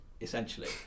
essentially